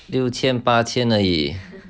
六千八千而已